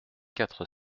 quatre